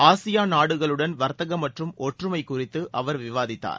ASEAN நாடுகளுடன் வர்த்தகம் மற்றும் ஒற்றுமை குறித்து அவர் விவாதித்தார்